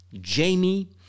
Jamie